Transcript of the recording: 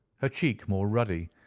her cheek more rudy,